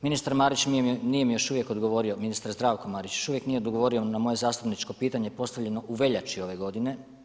Ministar Marić nije mi još uvijek odgovori, ministar Zdravko Marić još uvijek nije odgovorio na moje zastupničko pitanje postavljeno u veljači ove godine.